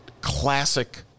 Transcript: classic